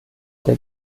der